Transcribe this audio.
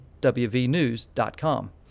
wvnews.com